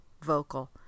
vocal